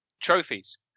trophies